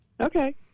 Okay